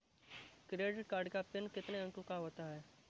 Credit card का PIN कितने अंकों का होता है?